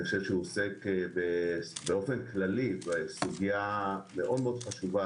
אני חושב שהוא עוסק באופן כללי בסוגיה מאוד חשובה